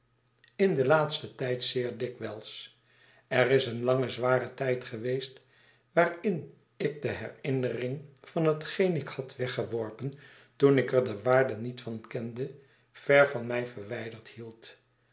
in den laatsten tijd zeer dikwijls er is een lange zware tijd geweest waarinik de herinnering van hetgeen ik had weggeworpen toen ik er de waarde niet van kende ver van mij verwljderd hield